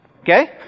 Okay